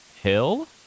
Hill